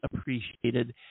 appreciated